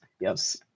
yes